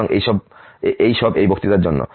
সুতরাং এই সব এই বক্তৃতার জন্য